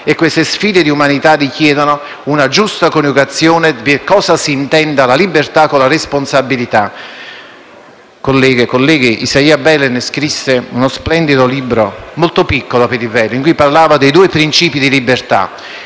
Le sfide di umanità richiedono una giusta coniugazione di cosa si intenda la libertà con la responsabilità. Colleghe e colleghi, Isaiah Berlin scrisse uno splendido libro, molto piccolo per la verità in cui parlava di due principi di libertà.